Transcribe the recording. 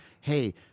Hey